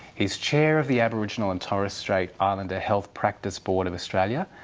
he's chair of the aboriginal and torres strait islander health practice board of australia,